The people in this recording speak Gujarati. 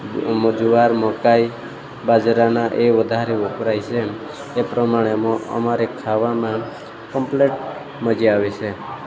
જુવાર મકાઈ બાજરાના એ વધારે વપરાય છે એમ એ પ્રમાણે એમાં અમારે ખાવામાં કંપલેટ મજા આવે છે